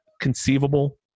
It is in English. conceivable